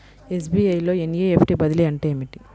SBI లో NEFT బదిలీ అంటే ఏమిటి?